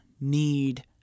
need